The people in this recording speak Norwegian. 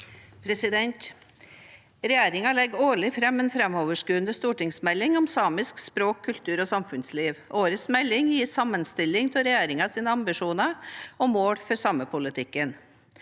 Regjeringen legger år- lig fram en framoverskuende stortingsmelding om samisk språk, kultur og samfunnsliv. Årets melding gir en sammenstilling av regjeringens ambisjoner om mål for samepolitikken.